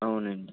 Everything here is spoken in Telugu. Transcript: అవునండి